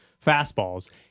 fastballs